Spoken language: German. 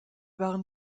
waren